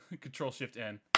Control-shift-N